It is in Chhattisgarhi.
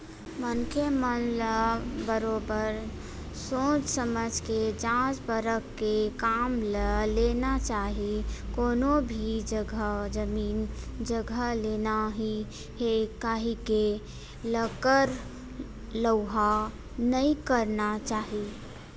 मनखे मन ल बरोबर सोझ समझ के जाँच परख के काम ल लेना चाही कोनो भी जघा जमीन जघा लेना ही हे कहिके लकर लउहा नइ करना चाही